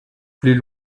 plus